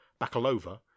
Bakalova